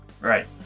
Right